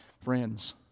friends